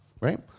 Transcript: Right